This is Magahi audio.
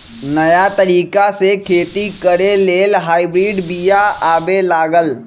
नयाँ तरिका से खेती करे लेल हाइब्रिड बिया आबे लागल